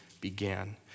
began